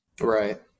Right